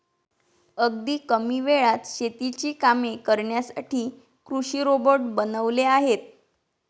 अगदी कमी वेळात शेतीची कामे करण्यासाठी कृषी रोबोट बनवले आहेत